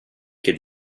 could